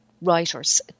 writers